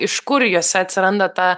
iš kur juose atsiranda ta